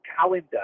calendar